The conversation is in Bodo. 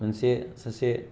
मोनसे सासे